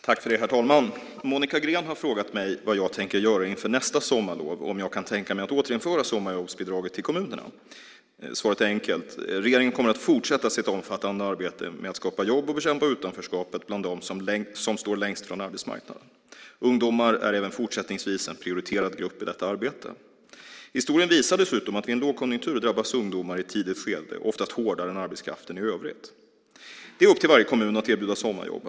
Herr talman! Monica Green har frågat mig vad jag tänker göra inför nästa sommarlov och om jag kan tänka mig att återinföra sommarjobbsbidraget till kommunerna. Svaret är enkelt. Regeringen kommer att fortsätta sitt omfattande arbete med att skapa jobb och bekämpa utanförskapet bland dem som står längst från arbetsmarknaden. Ungdomar är även fortsättningsvis en prioriterad grupp i detta arbete. Historien visar dessutom att vid en lågkonjunktur drabbas ungdomar i ett tidigt skede och oftast hårdare än arbetskraften i övrigt. Det är upp till varje kommun att erbjuda sommarjobb.